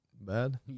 bad